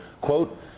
quote